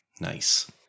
nice